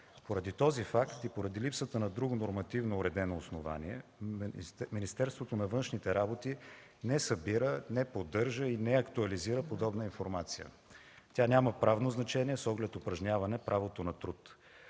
Поради този факт и поради липсата на друго нормативно уредено основание Министерството на външните работи не събира, не поддържа и не актуализира подобна информация. Тя няма правно значение с оглед упражняване правото на труд.